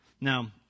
Now